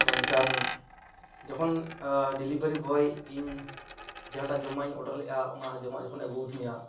ᱢᱮᱱᱠᱷᱟᱱ ᱡᱚᱠᱷᱚᱱ ᱰᱮᱞᱤᱵᱷᱟᱨᱤ ᱵᱚᱭ ᱤᱧ ᱡᱟᱦᱟᱸᱴᱟᱜ ᱡᱚᱢᱟᱜᱤᱧ ᱚᱰᱟᱨᱞᱮᱫᱼᱟ ᱚᱱᱟ ᱡᱚᱢᱟᱜ ᱡᱚᱠᱷᱚᱱᱮ ᱟᱹᱜᱩᱣᱟᱫᱤᱧᱟ